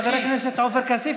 חבר הכנסת עופר כסיף,